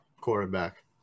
Quarterback